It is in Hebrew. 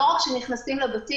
לא רק שנכנסים לבתים,